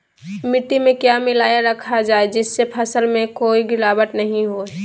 मिट्टी में क्या मिलाया रखा जाए जिससे फसल में कोई गिरावट नहीं होई?